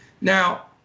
Now